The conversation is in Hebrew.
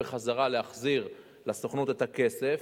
שמחזירים לסוכנות את הכסף,